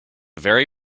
very